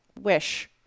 wish